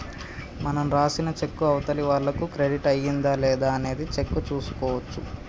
మనం రాసిన చెక్కు అవతలి వాళ్లకు క్రెడిట్ అయ్యిందా లేదా అనేది చెక్ చేసుకోవచ్చు